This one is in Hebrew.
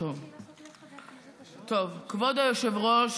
כבוד היושב-ראש,